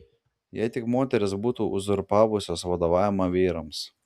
jei tik moterys būtų uzurpavusios vadovavimą vyrams